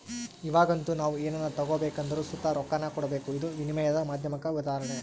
ಇವಾಗಂತೂ ನಾವು ಏನನ ತಗಬೇಕೆಂದರು ಸುತ ರೊಕ್ಕಾನ ಕೊಡಬಕು, ಇದು ವಿನಿಮಯದ ಮಾಧ್ಯಮುಕ್ಕ ಉದಾಹರಣೆ